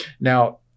Now